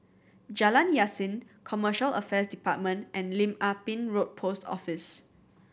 Jalan Yasin Commercial Affairs Department and Lim Ah Pin Road Post Office